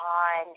on